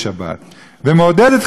ומעודדת חילולי שבת,